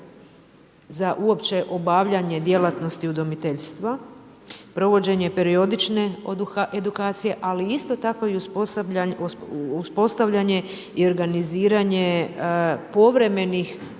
za uopće obavljanje djelatnosti udomiteljstva, provođenje periodične edukacije, ali isto tako i uspostavljanje i organiziranje povremenih,